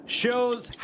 show's